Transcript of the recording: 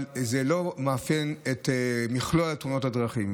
אבל זה לא מאפיין את מכלול תאונות הדרכים.